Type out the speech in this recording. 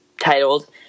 titled